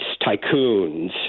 tycoons